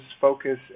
focus